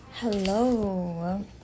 Hello